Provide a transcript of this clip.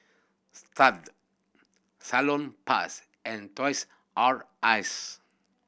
Stuff'd Salonpas and Toys R Us